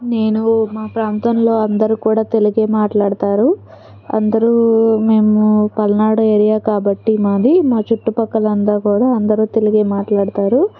నేను ఊరు మా ప్రాంతంలో అందరూ కూడా తెలుగే మాట్లాడతారు అందరూ మేము పల్నాడు ఏరియా కాబట్టి మాది మా చుట్టుపక్కలందా కూడా అందరూ తెలుగే మాట్లాడతారు